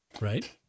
Right